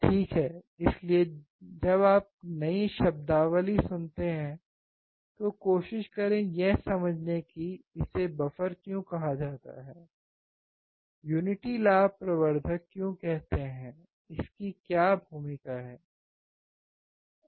ठीक है इसलिए जब आप नई शब्दावली सुनते हैं तो कोशिश करें यह समझने की कि इसे बफर क्यों कहा जाता है युनिटी लाभ प्रवर्धक क्यों कहते है इसकी भूमिका क्या है